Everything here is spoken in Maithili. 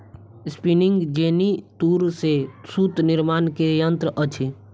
स्पिनिंग जेनी तूर से सूत निर्माण के यंत्र अछि